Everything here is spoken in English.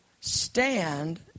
stand